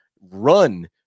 run